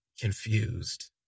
confused